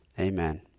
Amen